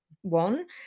one